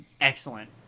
Excellent